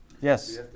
Yes